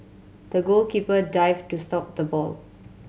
the goalkeeper dived to stop the ball